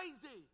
crazy